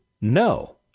no